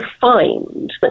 find